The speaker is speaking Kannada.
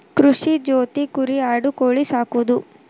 ಕೃಷಿ ಜೊತಿ ಕುರಿ ಆಡು ಕೋಳಿ ಸಾಕುದು